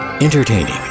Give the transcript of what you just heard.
Entertaining